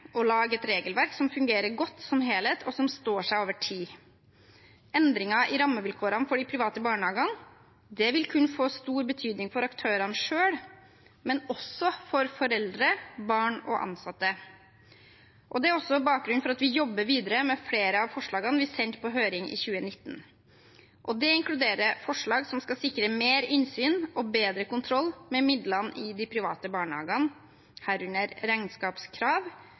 lage et regelverk som fungerer godt som helhet, og som står seg over tid. Endringer i rammevilkårene for de private barnehagene vil kunne få stor betydning for aktørene selv, men også for foreldre, barn og ansatte. Det er også bakgrunnen for at vi jobber videre med flere av forslagene vi sendte på høring i 2019. Det inkluderer forslag som skal sikre mer innsyn og bedre kontroll med midlene i de private barnehagene, herunder regnskapskrav,